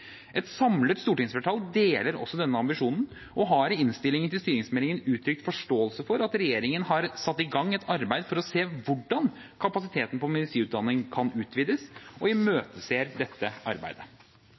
Et samlet stortingsflertall deler også denne ambisjonen og har i innstillingen til styringsmeldingen uttrykt forståelse for at regjeringen har satt i gang et arbeid for å se hvordan kapasiteten på medisinutdanning kan utvides, og